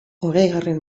hogeigarren